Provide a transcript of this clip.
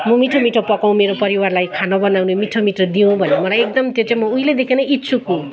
म मिठो मिठो पकाउँ मेरो परिवारलाई खाना बनाउने मिठो मिठो दउँ भन्ने मलाई एकदम त्यो चाहिँ उहिलेदेखि नै इच्छुक हो